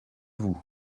vous